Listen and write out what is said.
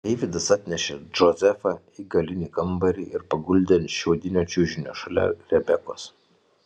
deividas atnešė džozefą į galinį kambarį ir paguldė ant šiaudinio čiužinio šalia rebekos